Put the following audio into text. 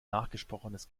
nachgesprochenes